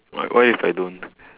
what what if I don't